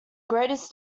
greatest